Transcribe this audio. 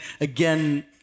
again